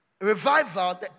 revival